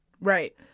Right